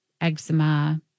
eczema